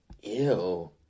ew